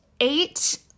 eight